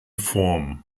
form